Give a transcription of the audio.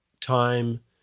time